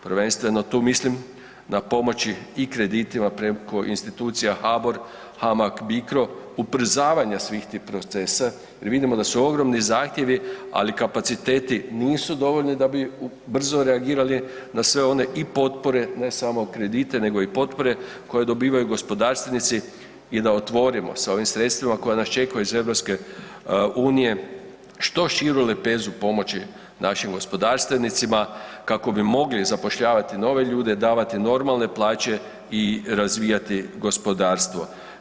Prvenstveno tu mislim na pomoći i kreditima preko institucija HABOR, HAMAG BICRO, ubrzavanje svih tih procesa jer vidimo da su ogromni zahtjevi ali kapaciteti nisu dovoljni da bi brzo reagirali na sve one i potpore, ne samo kredite nego i potpore koje dobivaju gospodarstvenici i da otvorimo sa ovim sredstvima koja nas čekaju iz EU što širu lepezu pomoći našim gospodarstvenicima kako bi mogli zapošljavati nove ljude, davati normalne plaće i razvijati gospodarstvo.